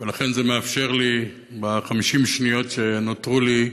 ולכן, זה מאפשר לי, ב-50 שניות שנותרו לי,